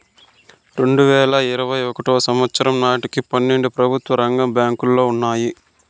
రెండువేల ఇరవై ఒకటో సంవచ్చరం నాటికి పన్నెండు ప్రభుత్వ రంగ బ్యాంకులు ఉన్నాయి